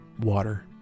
water